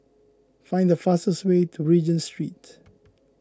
find the fastest way to Regent Street